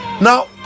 now